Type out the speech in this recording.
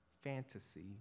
fantasy